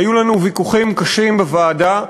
היו לנו ויכוחים קשים בוועדה,